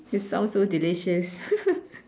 it sounds so delicious